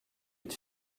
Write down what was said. est